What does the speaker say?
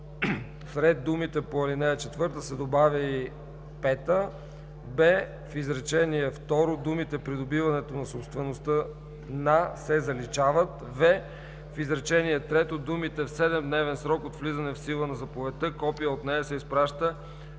след думите „по ал. 4“ се добавя „и 5“; б) в изречение второ думите „придобиването на собствеността на“ се заличават; в) в изречение трето думите „В 7-дневен срок от влизане в сила на заповедта копие от нея се изпраща“